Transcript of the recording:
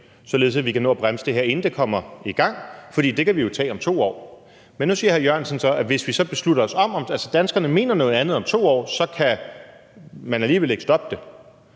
således at vi kan nå at bremse det her, inden det kommer i gang, fordi det kan vi jo tage om 2 år. Men nu siger hr. Jan E. Jørgensen så, at hvis vi ombestemmer os, altså at hvis danskerne mener noget andet om 2 år, kan man alligevel ikke stoppe det.